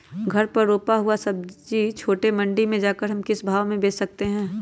घर पर रूपा हुआ सब्जी छोटे मंडी में जाकर हम किस भाव में भेज सकते हैं?